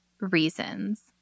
reasons